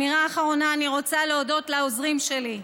אני רוצה להודות לעוזרים שלי,